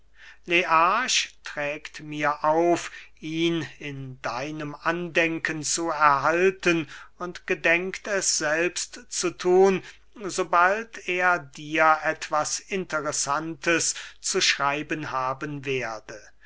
learch trägt mir auf ihn in deinem andenken zu erhalten und gedenkt es selbst zu thun sobald er dir etwas interessantes zu schreiben haben werde